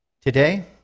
Today